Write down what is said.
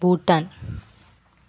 Bhutan